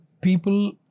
people